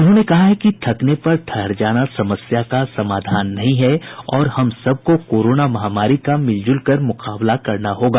उन्होंने कहा है कि थकने पर ठहर जाना समस्या का समाधान नहीं है और हम सबको कोरोना महामारी का मिलकर मुकाबला करना होगा